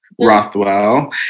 Rothwell